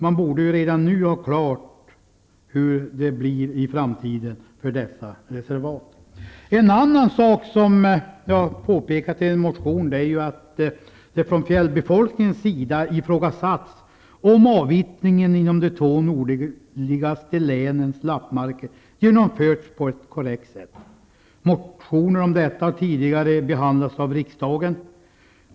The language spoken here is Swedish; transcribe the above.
Man borde redan nu ha klart för sig hur det blir i framtiden för dessa reservat. En annan sak som jag har påpekat i min motion är att det från fjällbefolkningens sida ifrågasätts om avvittringen i de två nordligaste länens lappmarker genomförts på ett korrekt sätt. Motioner om detta har tidigare behandlats här i riksdagen.